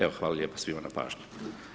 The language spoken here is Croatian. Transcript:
Evo hvala lijepa svima na pažnji.